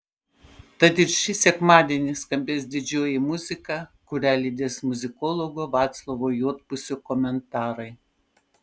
tad ir šį sekmadienį skambės didžioji muzika kurią lydės muzikologo vaclovo juodpusio komentarai